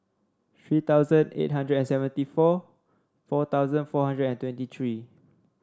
three thousand eight hundred and seventy four four thousand four hundred and twenty three